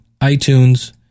iTunes